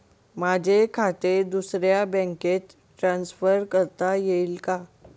माझे खाते दुसऱ्या बँकेत ट्रान्सफर करता येईल का?